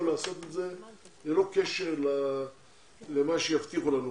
לעשות את זה ללא קשר למה שיבטיחו לנו כאן.